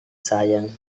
sayang